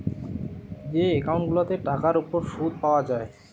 যে একউন্ট গুলাতে টাকার উপর শুদ পায়া যায়